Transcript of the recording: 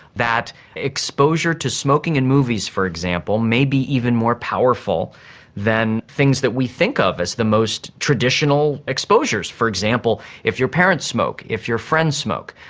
that exposure to smoking in movies, for example, may be even more powerful than things that we think of as the most traditional exposures. for example, if your parents smoke, if your friends smoke.